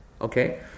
okay